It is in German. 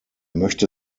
möchte